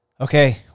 Okay